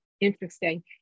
interesting